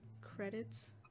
credits